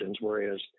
whereas